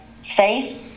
safe